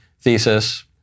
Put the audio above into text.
thesis